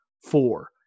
four